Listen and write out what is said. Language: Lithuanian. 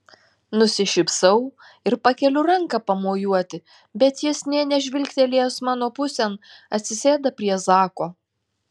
nusišypsau ir pakeliu ranką pamojuoti bet jis nė nežvilgtelėjęs mano pusėn atsisėda prie zako